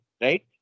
right